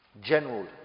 General